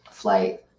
Flight